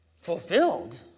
Fulfilled